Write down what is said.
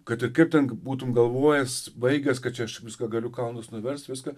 kad ir kaip ten būtum galvojęs baigęs kad čia aš viską galiu kalnus nuverst viską